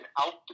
out